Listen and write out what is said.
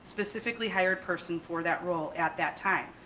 specifically hired person for that role at that time.